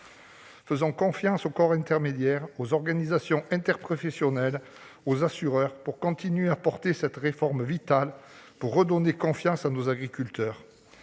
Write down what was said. Faisons confiance aux corps intermédiaires, aux organisations interprofessionnelles, aux assureurs pour continuer à porter cette réforme vitale qui vise à redonner confiance à nos agriculteurs.